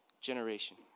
generation